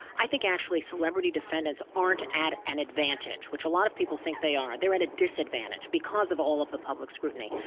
i think actually celebrity defendants aren't at an advantage, which a lot of people think they are they're at a disadvantage, because of all the public scrutiny.